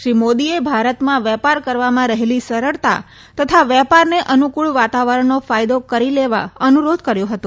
શ્રી મોદીએ ભારતમાં વેપાર કરવામાં રહેલી સરળતા તથા વેપારને અનુકૂળ વાતાવરણનો ફાયદો કરી લેવા અનુરોધ કર્યો હતો